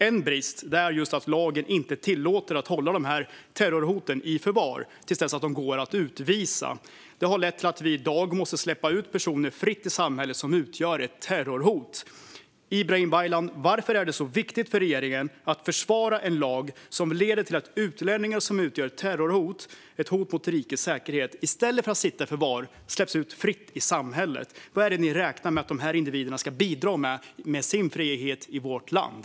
En brist är just att lagen inte tillåter att man håller personer som utgör ett terrorhot i förvar till dess att de går att utvisa. Det har lett till att vi i dag måste släppa ut sådana personer fritt i samhället. Varför, Ibrahim Baylan, är det så viktigt för regeringen att försvara en lag som leder till att utlänningar som utgör ett terrorhot och ett hot mot rikets säkerhet i stället för att sitta i förvar släpps ut fritt i samhället? Vad är det ni räknar med att de här individerna ska bidra till med sin frihet i vårt land?